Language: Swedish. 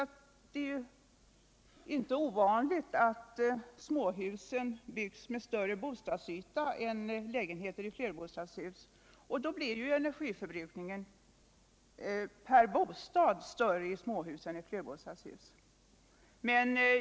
Det är emellertid inte ovanligt att småhus har större bostadsyta än lägenheter i flerbostadshus, och då blir naturligtvis energiförbrukningen per bostad större i småhus än i flerbostadshus.